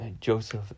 Joseph